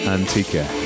Antique